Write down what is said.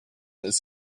ist